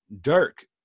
Dirk